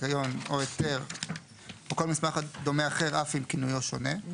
זיכיון או היתר או כל מסמך דומה אחר אף אם כינויו שונה,";